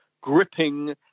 gripping